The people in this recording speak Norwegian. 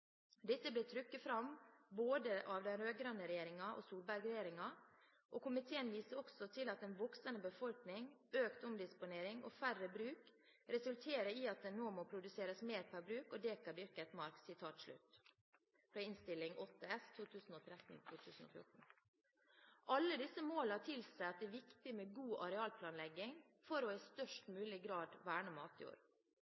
Dette har blitt trukket frem av både den rød-grønne regjeringen og Solberg-regjeringen.» Det står videre: «Komiteen viser til at en voksende befolkning, økt omdisponering og færre bruk resulterer i at det nå må produseres mer per bruk og dekar dyrket mark.» Alle disse målene tilsier at det er viktig med god arealplanlegging for i størst